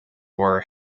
were